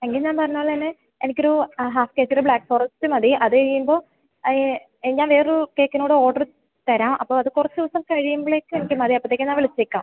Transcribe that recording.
എങ്കില് ഞാൻ പറഞ്ഞതുപോലെതന്നെ എനിക്കൊരു ഹാഫ് കെ ജിയുടെ ബ്ലാക്ക് ഫോറസ്റ്റ് മതി അത് കഴിയുമ്പോള് ഞാൻ വേറെയൊരു കേക്കിന് കൂടെ ഓർഡര് തരാം അപ്പോള് അത് കുറച്ചു ദിവസം കഴിയുമ്പോഴത്തേക്ക് എനിക്ക് മതി അപ്പോഴത്തേക്ക് ഞാൻ വിളിച്ചേക്കാം